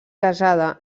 casada